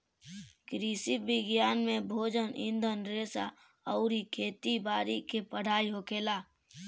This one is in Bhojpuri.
कृषि विज्ञान में भोजन, ईंधन रेशा अउरी खेती बारी के पढ़ाई होखेला